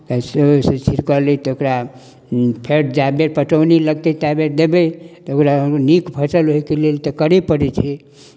कैसेओसँ छिड़कलै तऽ ओकरा फेर जए बेर पटौनी लगतै तए बेर देबै तऽ ओकरा नीक फसल होयके लेल तऽ करय पड़ै छै